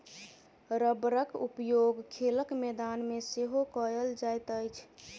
रबड़क उपयोग खेलक मैदान मे सेहो कयल जाइत अछि